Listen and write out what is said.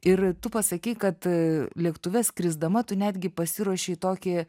ir tu pasakei kad e lėktuve skrisdama tu netgi pasiruošę į tokį